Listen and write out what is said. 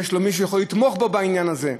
יש מי שיכול לתמוך בו בעניין הזה.